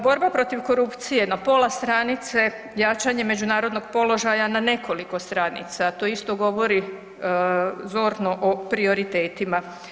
Borba protiv korupcije na pola stranice, jačanje međunarodnog položaja na nekoliko stranica, to isto govori zorno o prioritetima.